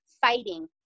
fighting